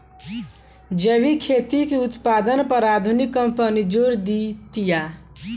जैविक खेती के उत्पादन पर आधुनिक कंपनी जोर देतिया